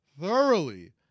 thoroughly